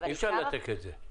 --- אי אפשר לנתק את זה.